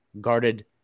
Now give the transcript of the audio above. guarded